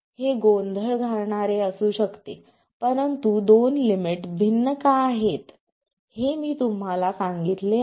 हे गोंधळ घालणारे असू शकते परंतु दोन लिमिट भिन्न का आहेत हे मी तुम्हाला सांगितले आहे